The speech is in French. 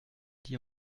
dit